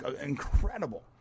incredible